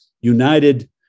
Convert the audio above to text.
United